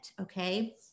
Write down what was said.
okay